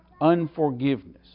unforgiveness